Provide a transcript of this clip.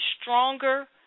stronger